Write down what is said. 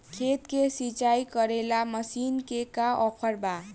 खेत के सिंचाई करेला मशीन के का ऑफर बा?